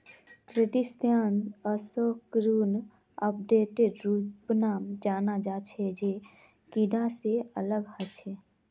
क्रस्टेशियंसक अकशेरुकी आर्थ्रोपोडेर रूपत जाना जा छे जे कीडा से अलग ह छे